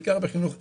בעיקר בחינוך ערכי,